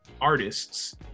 artists